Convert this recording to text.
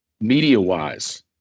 media-wise